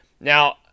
Now